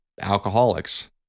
alcoholics